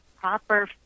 proper